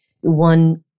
one